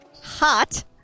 Hot